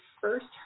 first